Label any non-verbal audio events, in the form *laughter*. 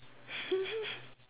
*laughs*